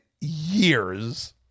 years